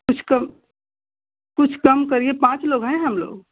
कुछ कम कुछ कम करिए पाँच लोग हम लोग